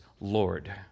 Lord